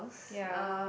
ya